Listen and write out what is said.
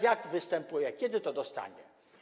Jak występuje, kiedy to dostanie?